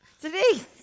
Denise